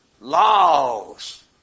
laws